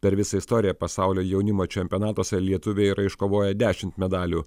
per visą istoriją pasaulio jaunimo čempionatuose lietuviai yra iškovoję dešimt medalių